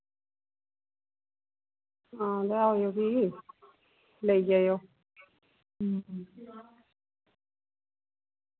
हां ते आयो फ्ही लेई जायो